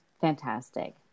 fantastic